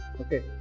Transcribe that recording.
Okay